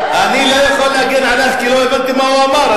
אני לא יכול להגן עלייך כי לא הבנתי מה הוא אמר.